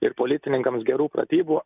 ir policininkams gerų pratybų